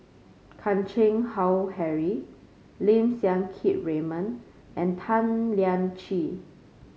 Chan Keng Howe Harry Lim Siang Keat Raymond and Tan Lian Chye